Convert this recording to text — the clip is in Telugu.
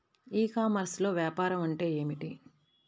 ఈ కామర్స్లో వ్యాపారం అంటే ఏమిటి?